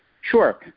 Sure